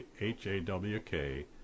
H-A-W-K